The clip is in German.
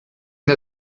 der